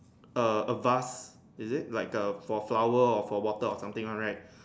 err a vase is it like a for flower or for water or something one right